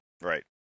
Right